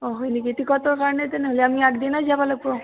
অ' হয় নিকি টিকটৰ কাৰণে তেনেহ'লে আমি আগদিনাই যাব লাগিব